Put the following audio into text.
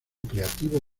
creativo